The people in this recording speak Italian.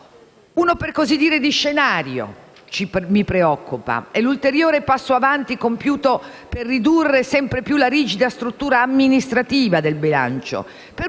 per così dire, di scenario, è l'ulteriore passo in avanti compiuto per ridurre sempre più la rigida struttura amministrativa del bilancio,